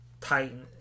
titan